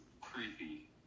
creepy